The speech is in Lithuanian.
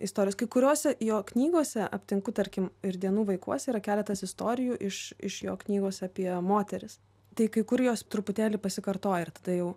istorijos kai kuriose jo knygose aptinku tarkim ir dienų vaikuose yra keletas istorijų iš iš jo knygos apie moteris tai kai kur jos truputėlį pasikartoja ir tada jau